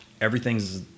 everything's